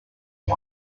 die